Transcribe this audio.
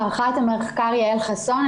ערכה את המחקר יעל חסון.